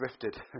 drifted